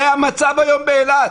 זה המצב היום באילת.